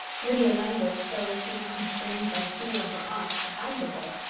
lydia languish, though she was constrained by fear of her aunt to hide the book,